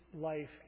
life